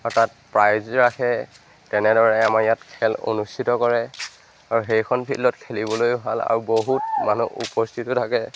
আৰু তাত প্ৰাইজো ৰাখে তেনেদৰে আমাৰ ইয়াত খেল অনুষ্ঠিত কৰে আৰু সেইখন ফিল্ডত খেলিবলৈয়ো ভাল আৰু বহুত মানুহ উপস্থিতো থাকে